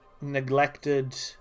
neglected